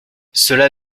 cela